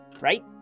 Right